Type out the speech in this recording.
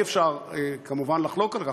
אי-אפשר כמובן לחלוק על כך,